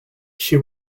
she